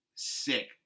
Sick